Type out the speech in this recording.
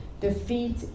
defeat